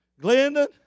Glendon